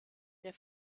der